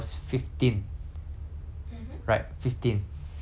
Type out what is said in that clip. so so then from fifteen right I started working myself already